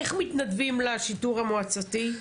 איך מתנדבים לשיטור המועצתי?